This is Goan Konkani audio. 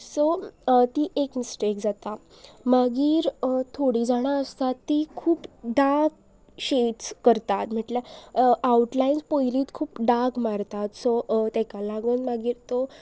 सो ती एक मिस्टेक जाता मागीर थोडीं जाणां आसता ती खूब डार्क शेड्स करतात म्हटल्यार आवटलायन्स पयलींच खूब डार्क मारतात सो ताका लागून मागीर तो